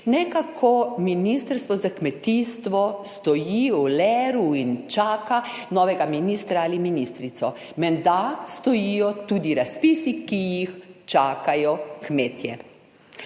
Nekako ministrstvo za kmetijstvo stoji v leru in čaka novega ministra ali ministrico. Menda stojijo tudi razpisi, ki jih čakajo kmetje.